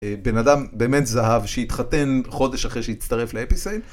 בן אדם באמת זהב שהתחתן חודש אחרי שהצטרף לאפיסייל.